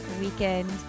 weekend